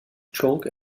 chalk